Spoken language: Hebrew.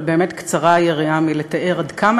אבל באמת קצרה היריעה מלתאר עד כמה